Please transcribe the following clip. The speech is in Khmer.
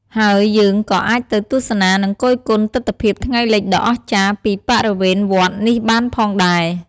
ហើយយើងក៏អាចទៅទស្សនានឹងគយគន់ទិដ្ឋភាពថ្ងៃលិចដ៏អស្ចារ្យពីបរិវេណវត្តនេះបានផងដែរ ។